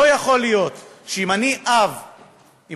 לא יכול להיות שאם אני אב עצמאי,